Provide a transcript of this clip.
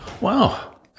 wow